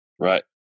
Right